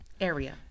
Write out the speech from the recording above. Area